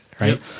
right